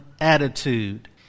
attitude